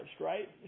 right